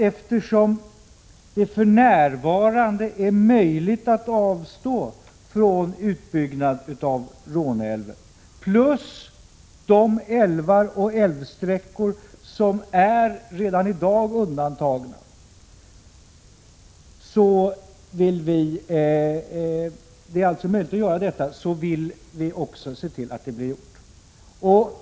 Eftersom det för närvarande är möjligt att avstå från utbyggnad av Råneälven plus de älvar och älvsträckor som redan i dag är undantagna, så vill vi även se till att det blir på detta sätt.